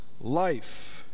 life